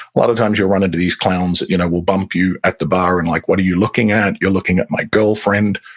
a lot of times you'll run into these clowns that you know will bump you at the bar and like, what are you looking at? you're looking at my girlfriend,